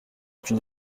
qu’une